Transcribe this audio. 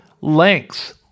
lengths